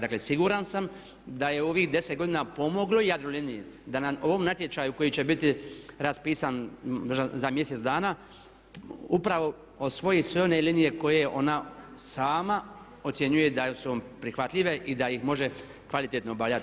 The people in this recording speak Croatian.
Dakle siguran sam da je ovih 10 godina pomoglo Jadroliniji da nam u ovom natječaju koji će biti raspisan za mjesec dana upravo osvoji sve one linije koje ona sama ocjenjuje da su prihvatljive i da ih može kvalitetno obavljati.